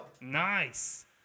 Nice